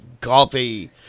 coffee